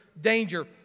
danger